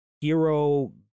hero